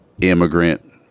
immigrant